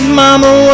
mama